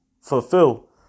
fulfill